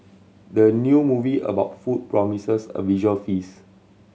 the new movie about food promises a visual feast